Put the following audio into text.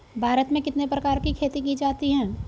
भारत में कितने प्रकार की खेती की जाती हैं?